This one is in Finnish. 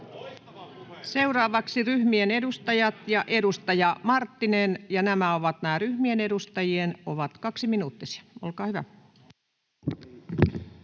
Seuraavaksi ryhmien edustajat ja edustaja Marttinen. Nämä ryhmien edustajien vuorot ovat kaksiminuuttisia. — Olkaa hyvä. [Speech